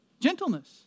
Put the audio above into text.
Gentleness